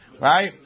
right